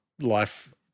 life